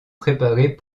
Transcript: préparés